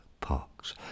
Parks